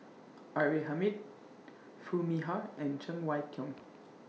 R A Hamid Foo Mee Har and Cheng Wai Keung